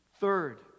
Third